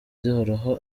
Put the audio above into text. zihoraho